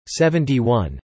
71